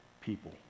people